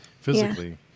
physically